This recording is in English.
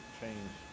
change